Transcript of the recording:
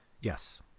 Yes